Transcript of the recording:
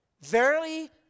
Verily